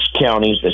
counties